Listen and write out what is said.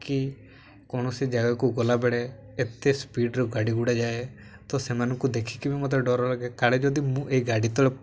କି କୌଣସି ଜାଗାକୁ ଗଲାବେଳେ ଏତେ ସ୍ପୀଡ଼ରୁ ଗାଡ଼ି ଗୁଡ଼ା ଯାଏ ତ ସେମାନଙ୍କୁ ଦେଖିକି ବି ମତେ ଡର ଲାଗେ କାଳେ ଯଦି ମୁଁ ଏଇ ଗାଡ଼ି ତଳେ